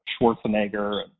Schwarzenegger